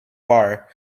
bar